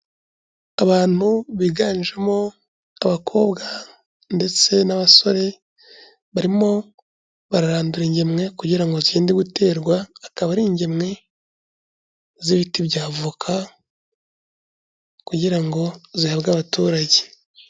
Abantu biganjemo abakobwa ndetse n'abasore barimo bararandura ingemwe kugira ngo zigende guterwa, akaba ari ingemwe z'ibiti bya voka kugira ngo zihabwe abaturage.